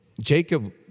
Jacob